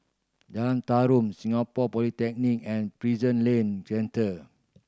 Jalan Tarum Singapore Polytechnic and Prison Link Centre